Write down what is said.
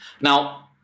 Now